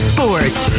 Sports